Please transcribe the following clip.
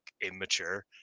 immature